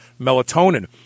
melatonin